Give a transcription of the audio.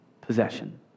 possession